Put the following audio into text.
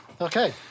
Okay